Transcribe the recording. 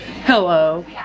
Hello